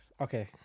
okay